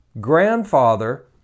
grandfather